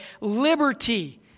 liberty